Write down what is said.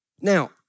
Now